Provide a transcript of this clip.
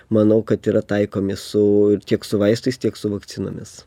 manau kad yra taikomi su ir tiek su vaistais tiek su vakcinomis